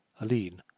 aline